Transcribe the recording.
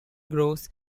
grows